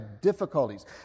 difficulties